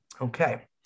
Okay